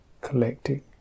collecting